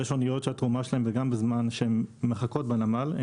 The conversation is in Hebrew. יש אניות שהתרומה שלהן זה גם בזמן שהן מחכות בנמל,